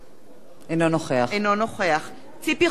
אינו נוכח ציפי חוטובלי,